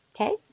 Okay